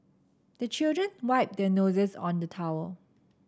the children wipe their noses on the towel